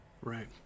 Right